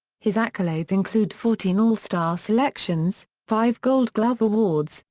his accolades include fourteen all-star selections, five gold glove awards,